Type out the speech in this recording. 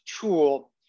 tool